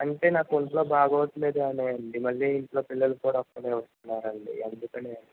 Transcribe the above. అంటే నాకు ఒంట్లో బాగోట్లేదు అనే అండి మళ్ళి ఇంట్లో పిల్లలు కూడ ఒక్కళ్ళే ఉంటున్నారండి అందుకనే